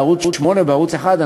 בערוץ 8 או בערוץ 1,